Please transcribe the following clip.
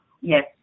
yes